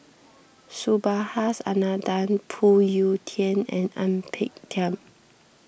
Subhas Anandan Phoon Yew Tien and Ang Peng Tiam